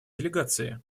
делегации